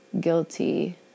guilty